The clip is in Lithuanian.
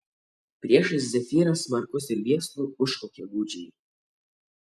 priešais zefyras smarkus ir viesulu užkaukė gūdžiai